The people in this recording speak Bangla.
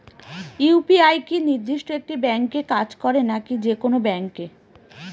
ইউ.পি.আই কি নির্দিষ্ট একটি ব্যাংকে কাজ করে নাকি যে কোনো ব্যাংকে?